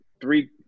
three